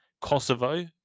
Kosovo